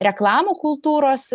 reklamų kultūros